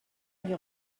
avait